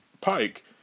Pike